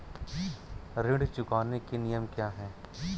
ऋण चुकाने के नियम क्या हैं?